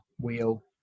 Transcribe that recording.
wheel